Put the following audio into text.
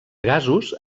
gasos